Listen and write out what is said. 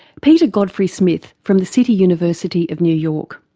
peter godfrey-smith from the city university of new york.